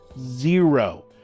Zero